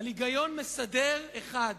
על היגיון מסדר אחד,